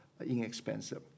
inexpensive